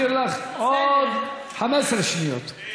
אחזיר לך עוד 15 שניות.